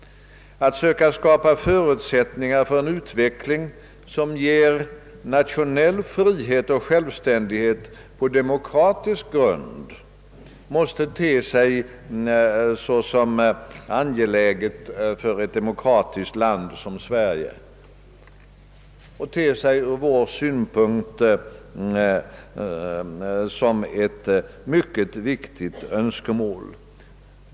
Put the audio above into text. Att söka skapa förutsättningar för en utveckling som ger nationell frihet och självständighet på demokratisk grund måste te sig såsom angeläget och som ett mycket viktigt önskemål för ett demokratiskt land som Sve rige.